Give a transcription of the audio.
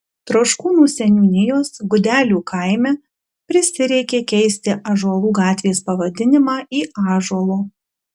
troškūnų seniūnijos gudelių kaime prisireikė keisti ąžuolų gatvės pavadinimą į ąžuolo